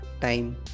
time